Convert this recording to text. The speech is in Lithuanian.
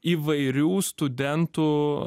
įvairių studentų